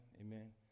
Amen